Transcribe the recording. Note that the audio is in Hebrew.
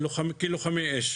כלוחמי אש.